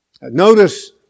Notice